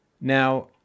Now